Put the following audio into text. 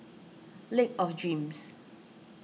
Lake of Dreams